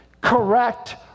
correct